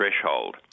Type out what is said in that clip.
threshold